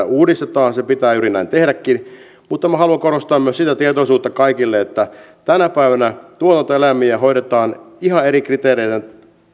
uudistetaan pitää juuri näin tehdäänkin mutta minä haluan korostaa myös sitä tietoisuutta kaikille että tänä päivänä tuotantoeläimiä hoidetaan ihan eri kriteereiden